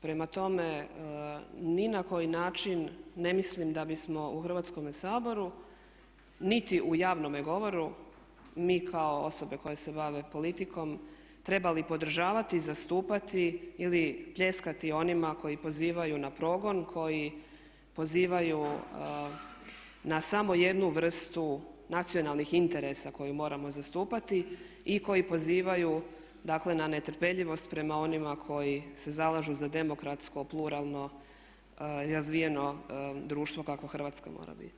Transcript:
Prema tome, ni na koji način ne bismo da bismo u Hrvatskome saboru niti u javnome govoru mi kao osobe koje se bave politikom trebali podržavati, zastupati ili pljeskati onima koji pozivaju na progon, koji pozivaju na samo jednu vrstu nacionalnih interesa koju moramo zastupati i koji pozivaju dakle na netrpeljivost prema onima koji se zalažu za demokratsko, pluralno, razvijeno društvo kakvo Hrvatska mora biti.